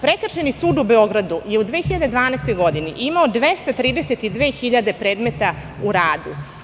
Prekršajni sud u Beogradu je u 2012. godini imao 232.000 predmeta u radu.